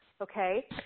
Okay